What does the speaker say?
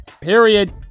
Period